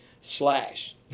slash